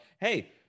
hey